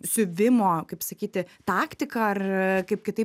siuvimo kaip sakyti taktiką ar kaip kitaip